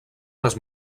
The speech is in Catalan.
les